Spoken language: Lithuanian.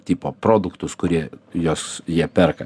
tipo produktus kurie jos jie perka